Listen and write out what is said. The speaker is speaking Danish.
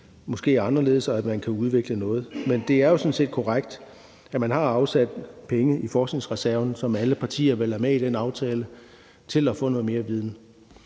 måske er anderledes, og at man kan udvikle noget, men det er jo sådan set korrekt, at man har afsat nogle penge i forskningsreserven – en aftale, som alle partier vel er med i – til at få noget mere viden,